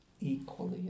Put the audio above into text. Equally